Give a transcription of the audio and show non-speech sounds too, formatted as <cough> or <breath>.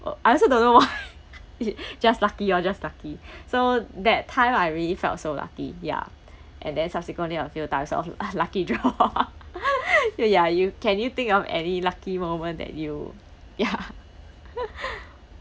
uh I also don't know why it just lucky orh just lucky <breath> so that time I really felt so lucky ya and then subsequently I'll feel tired of lucky draw <laughs> <laughs> so ya you can you think of any lucky moment that you ya <laughs>